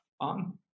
on